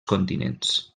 continents